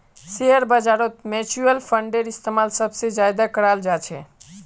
share बाजारत mutual फंडेर इस्तेमाल सबसे ज्यादा कराल जा छे